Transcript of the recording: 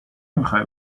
میخوای